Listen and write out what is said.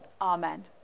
Amen